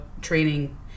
training